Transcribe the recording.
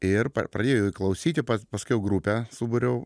ir pradėjau klausyti pa paskiau grupę subariau